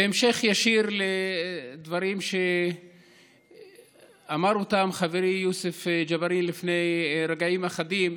בהמשך ישיר לדברים שאמר חברי יוסף ג'בארין לפני רגעים אחדים,